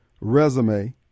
resume